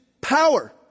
power